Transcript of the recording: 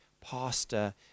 pastor